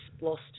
lost